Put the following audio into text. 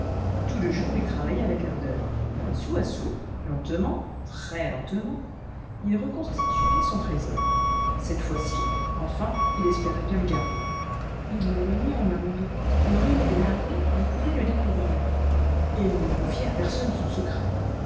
tout le jour il travaillait avec ardeur et sou à sou lentement trèslentement il reconstituait son trésor cette fois-ci enfin il espérait bien le garder il l'avait mis en un endroit où nul larron ne pouvait le découvrir et il ne confiait à personne son secret